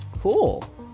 Cool